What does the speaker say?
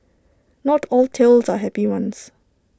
not all tales are happy ones